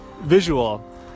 visual